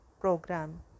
Program